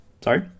Sorry